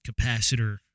capacitor